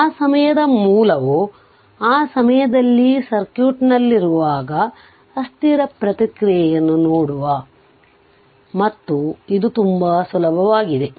ಆ ಸಮಯದ ಮೂಲವು ಆ ಸಮಯದಲ್ಲಿ ಸರ್ಕ್ಯೂಟ್ನಲ್ಲಿವಾಗ ಅಸ್ಥಿರ ಪ್ರತಿಕ್ರಿಯೆಯನ್ನು ನೋಡುವ ಮತ್ತು ಇದು ತುಂಬಾ ಸುಲಭ ವಾಗಿದೆ